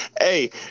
Hey